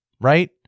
right